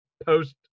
Post